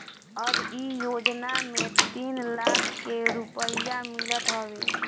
अब इ योजना में तीन लाख के रुपिया मिलत हवे